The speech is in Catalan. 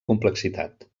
complexitat